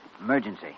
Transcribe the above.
Emergency